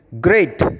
great